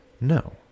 No